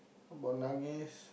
about Nages